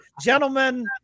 Gentlemen